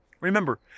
Remember